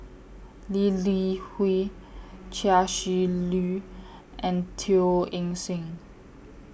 Lee Li Hui Chia Shi Lu and Teo Eng Seng